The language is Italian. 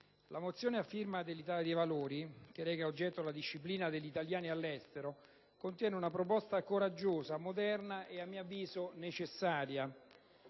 la mozione a firma dell'Italia dei Valori, che reca oggetto la disciplina degli italiani all'estero, contiene una proposta coraggiosa, moderna e a mio avviso necessaria.